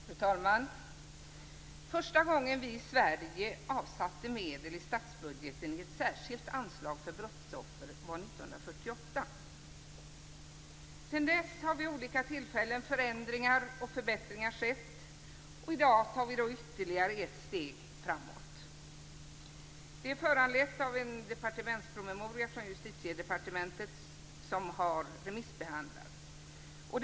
Fru talman! Första gången vi i Sverige avsatte medel i statsbudgeten i ett särskilt anslag för brottsoffer var 1948. Sedan dess har vid olika tillfällen förändringar och förbättringar skett, och i dag tar vi ytterligare ett steg framåt. Det är föranlett av en departementspromemoria från Justitiedepartementet som har remissbehandlats.